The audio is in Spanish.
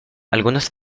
algunos